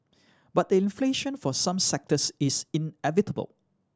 but the inflation for some sectors is inevitable